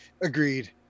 agreed